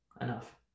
enough